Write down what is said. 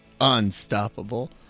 unstoppable